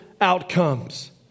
outcomes